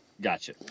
Gotcha